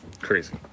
Crazy